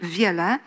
wiele